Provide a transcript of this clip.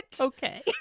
okay